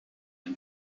and